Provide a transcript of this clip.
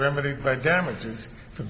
remedy for